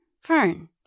Fern